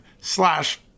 slash